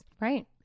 Right